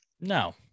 No